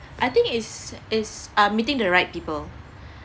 I think it's it's uh meeting the right people